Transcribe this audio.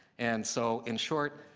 and so in short,